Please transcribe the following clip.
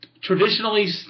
traditionally